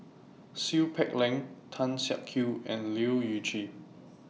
Seow Peck Leng Tan Siak Kew and Leu Yew Chye